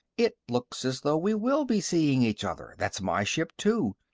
it looks as though we will be seeing each other. that's my ship too.